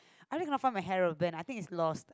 I really cannot find my hair rubber band I think it's lost